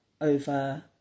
over